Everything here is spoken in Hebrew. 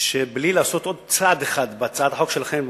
שבלי לעשות עוד צעד אחד בהצעת החוק שלכם,